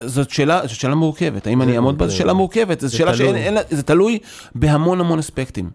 זאת שאלה מורכבת. האם אני אעמוד בה? זה שאלה מורכבת. זה שאלה שאין לה... זה תלוי בהמון המון אספקטים.